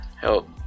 help